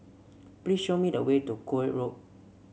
please show me the way to Koek Road